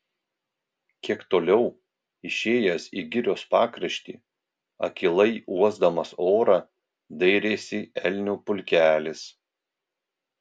kiek toliau išėjęs į girios pakraštį akylai uosdamas orą dairėsi elnių pulkelis